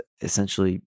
essentially